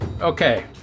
Okay